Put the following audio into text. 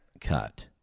cut